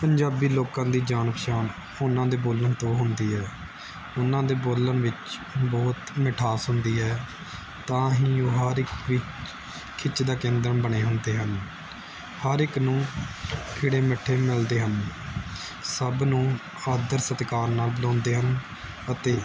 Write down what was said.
ਪੰਜਾਬੀ ਲੋਕਾਂ ਦੀ ਜਾਣ ਪਛਾਣ ਉਹਨਾਂ ਦੇ ਬੋਲਣ ਤੋਂ ਹੁੰਦੀ ਹੈ ਉਹਨਾਂ ਦੇ ਬੋਲਣ ਵਿੱਚ ਬਹੁਤ ਮਿਠਾਸ ਹੁੰਦੀ ਹੈ ਤਾਂ ਹੀ ਉਹ ਹਰ ਇੱਕ ਲਈ ਖਿੱਚ ਦਾ ਕੇਂਦਰ ਬਣੇ ਹੁੰਦੇ ਹਨ ਹਰ ਇੱਕ ਨੂੰ ਖਿੜੇ ਮਿੱਠੇ ਮਿਲਦੇ ਹਨ ਸਭ ਨੂੰ ਆਦਰ ਸਤਿਕਾਰ ਨਾਲ ਬੁਲਾਉਂਦੇ ਹਨ ਅਤੇ